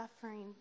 suffering